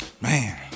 Man